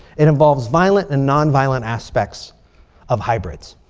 it involves violent and nonviolent aspects of hybrids.